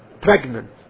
pregnant